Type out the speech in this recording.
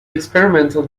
experimental